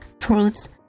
fruits